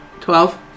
Twelve